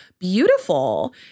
beautiful